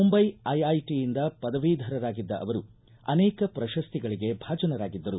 ಮುಂದೈ ಐಐಟಿಯಿಂದ ಪದವಿಧರರಾಗಿದ್ದ ಅವರು ಅನೇಕ ಪ್ರಶ್ತುಗಳಿಗೆ ಭಾಜನರಾಗಿದ್ದರು